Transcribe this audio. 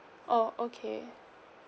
oh okay